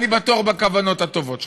אני בטוח בכוונות הטובות שלך,